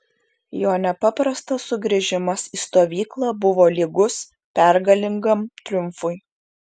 jo nepaprastas sugrįžimas į stovyklą buvo lygus pergalingam triumfui